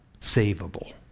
savable